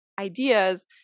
ideas